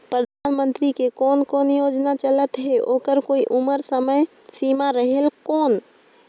परधानमंतरी के कोन कोन योजना चलत हे ओकर कोई उम्र समय सीमा रेहेल कौन?